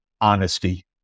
honesty